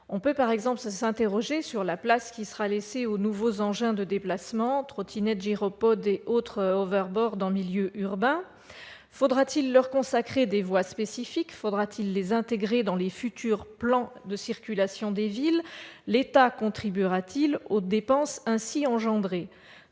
On peut par exemple s'interroger sur la place qui sera laissée aux nouveaux engins de déplacement- trottinettes, gyropodes et autres hoverboards -en milieu urbain. Faudra-t-il leur consacrer des voies spécifiques, faudra-t-il les intégrer dans les futurs plans de circulation des villes ? L'État contribuera-t-il aux dépenses ainsi engendrées ?